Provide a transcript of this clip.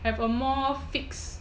have a more fixed